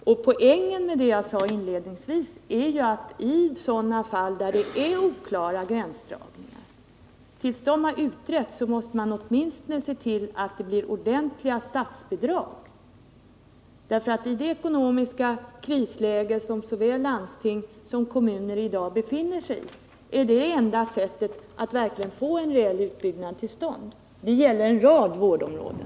Poängen med det jag sade inledningsvis är att i sådana fall där det är oklara gränsdragningar måste man, tills dessa oklarheter utretts, se till att det blir ordentliga statsbidrag. I det ekonomiska krisläge som såväl landsting som kommuner i dag befinner sig i är det enda sättet att verkligen få en rejäl utbyggnad till stånd. Det gäller en rad vårdområden.